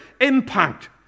impact